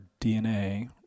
DNA